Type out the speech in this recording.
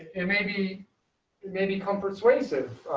it maybe maybe come persuasive,